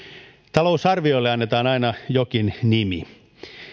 talousarvioille annetaan aina jokin nimi